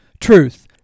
Truth